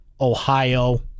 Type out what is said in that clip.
Ohio